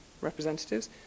representatives